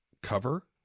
cover